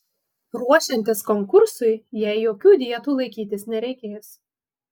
ruošiantis konkursui jai jokių dietų laikytis nereikės